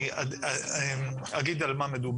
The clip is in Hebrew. אני אגיד על מה מדובר.